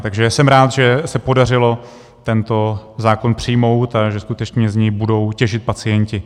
Takže jsem rád, že se podařilo tento zákon přijmout a že skutečně z něj budou těžit pacienti.